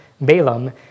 Balaam